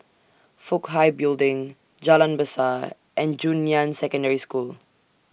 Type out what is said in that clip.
Fook Hai Building Jalan Besar and Junyuan Secondary School